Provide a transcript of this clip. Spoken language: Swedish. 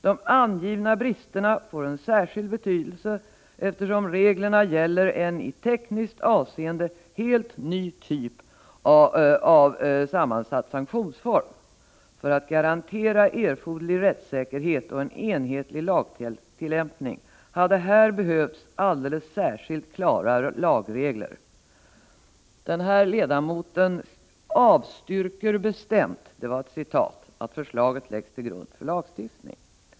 ——-—-— De angivna bristerna får en särskild betydelse eftersom reglerna gäller en i tekniskt avseende helt ny typ av sammansatt sanktionsform. För att garantera erforderlig rättssäkerhet och en enhetlig lagtillämpning hade här behövts alldeles särskilt klara lagregler.” Den här ledamoten ”avstyrker bestämt” att förslaget läggs till grund för lagstiftning.